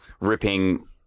ripping